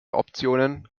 optionen